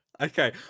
Okay